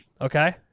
Okay